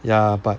ya but